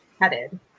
headed